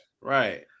right